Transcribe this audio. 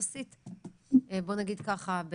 בואו נגיד ככה,